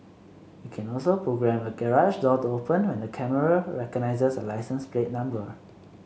it can also programme a garage door to open when the camera recognises a license plate number